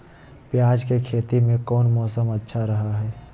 प्याज के खेती में कौन मौसम अच्छा रहा हय?